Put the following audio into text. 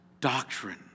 doctrine